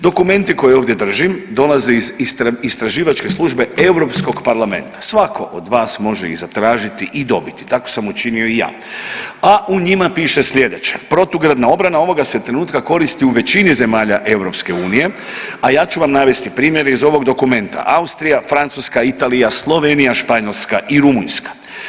Dokumenti koje ovdje držim dolaze iz Istraživačke službe Europskog parlamenta, svatko od vas može ih zatražiti i dobiti, tako sam učinio i ja, a u njima piše sljedeće, protugradna obrana ovoga se trenutka koristi u većini zemalja EU, a ja ću vam navesti primjere iz ovog dokumenta: Austrija, Francuska, Italija, Slovenija, Španjolska i Rumunjska.